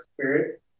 spirit